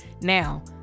now